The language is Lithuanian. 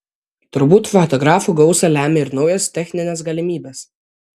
turbūt fotografų gausą lemia ir naujos techninės galimybės